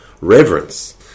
reverence